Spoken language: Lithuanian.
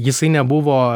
jisai nebuvo